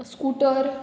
scooter